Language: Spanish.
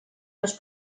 los